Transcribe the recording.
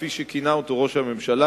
כפי שכינה אותו ראש הממשלה,